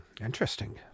Interesting